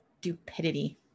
stupidity